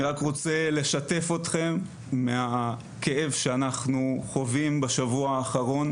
אני רק רוצה לשתף אתכם מהכאב שאנחנו חווים בשבוע האחרון